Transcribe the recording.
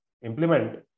implement